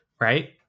right